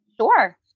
Sure